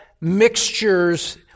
mixtures